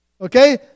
Okay